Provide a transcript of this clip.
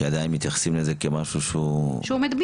כי עדיין מתייחסים לזה כמשהו שהוא מדביק?